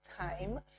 time